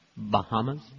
Bahamas